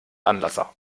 anlasser